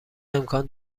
امکان